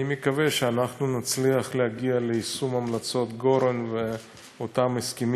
אני מקווה שאנחנו נצליח להגיע ליישום המלצות גורן ואותם הסכמים